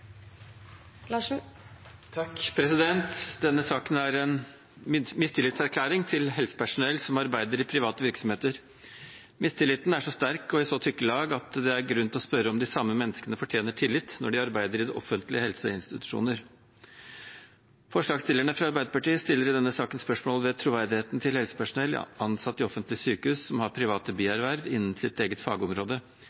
en mistillitserklæring til helsepersonell som arbeider i private virksomheter. Mistilliten er så sterk og i så tykke lag at det er grunn til å spørre om de samme menneskene fortjener tillit når de arbeider i offentlige helseinstitusjoner. Forslagsstillerne fra Arbeiderpartiet stiller i denne saken spørsmål ved troverdigheten til helsepersonell – ansatte i offentlige sykehus som har private